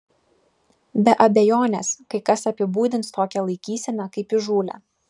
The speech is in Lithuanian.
be abejonės kai kas apibūdins tokią laikyseną kaip įžūlią